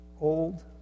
old